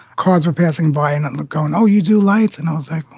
cars were passing by and let go. and oh, you do lights. and i was like,